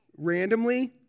Randomly